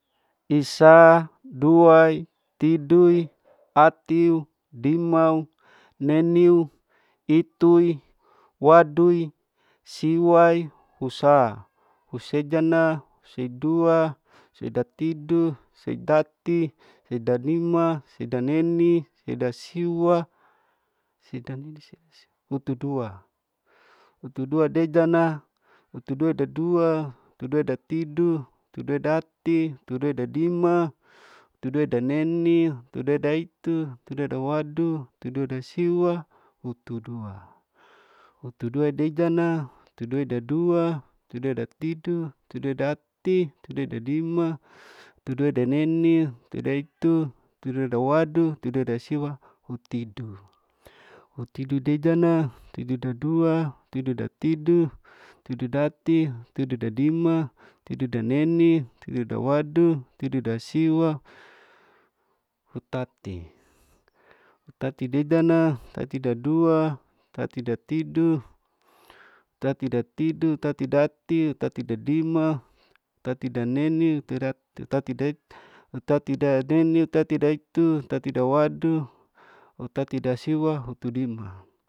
Isa, duai. tidui, atiu, limau, neniu, itui, wadui, siwai, usa, usejanna, useidua, seidatidu, seitati, seidadima, seidaneni, seidasiwa, seidaneni seidasiwa, hutudua, hutududeidana, hutudua dadua, hutuduadatidu, hutuduadadati, hutuadadima, hutuduadaneni, hhutuduadaitu, huuduadawadu, hutududasiwa, hutudua, hutuduadeidana, hutuduadadua, hutuduadatidu, hutuduaidati, hutuduadadima, hutuduadaneni, tudaitu, tuduadawadu, tuduadasiwa, hutidu, hutidudeidana, hutidudadua, hutidudatidu, hituidudati, tuidudadima, tuidudaneni, tuidudawadu. tuidasiwa, hutati, hutatideidana, hutatidadua, hutatidatidu, hutatidatidu, tatidadati, tatidadima, tatidaneni, tatidaitu, tatidawadu, hutatidasiwa, hutudima.